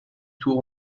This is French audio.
tour